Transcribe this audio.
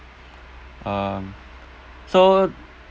um so